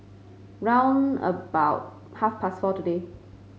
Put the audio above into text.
round about half past four today